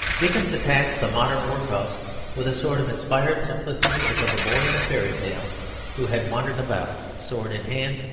dickens attacks the modern workhouse with a sort of inspired simplicity as of a boy in a fairy tale who had wandered about, sword in hand,